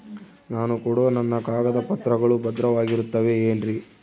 ನಾನು ಕೊಡೋ ನನ್ನ ಕಾಗದ ಪತ್ರಗಳು ಭದ್ರವಾಗಿರುತ್ತವೆ ಏನ್ರಿ?